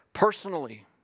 Personally